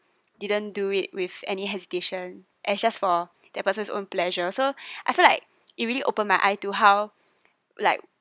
didn't do it with any hesitation and just for that person's own pleasure so I feel like it really opened my eyes to how like